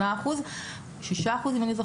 6%-8%.